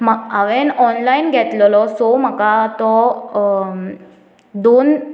म्हा हांवें ऑनलायन घेतलोलो सो म्हाका तो दोन